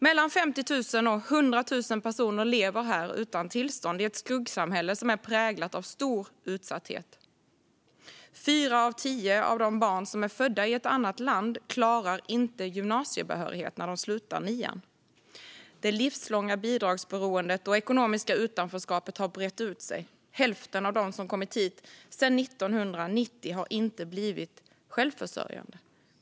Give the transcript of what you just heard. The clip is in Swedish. Mellan 50 000 och 100 000 personer lever här utan tillstånd i ett skuggsamhälle präglat av stor utsatthet. Fyra av tio av de barn som är födda i ett annat land klarar inte gymnasiebehörighet när de slutar nian. Det livslånga bidragsberoendet och ekonomiska utanförskapet har brett ut sig. Hälften av dem som kommit hit sedan 1990 har inte blivit självförsörjande.